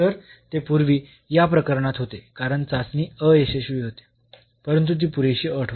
तर ते पूर्वी या प्रकरणात होते कारण चाचणी अयशस्वी होते परंतु ती पुरेशी अट होती